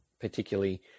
particularly